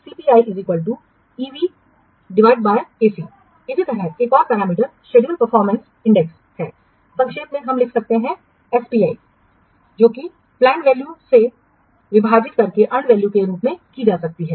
CPIEVAC इसी तरह एक और पैरामीटर शेड्यूल्ड परफॉर्मेंस इंडेक्स है संक्षेप में हम लिखते हैं एसपीआई की गणना प्लैंड वैल्यू से विभाजित अर्नड वैल्यू के रूप में की जाती है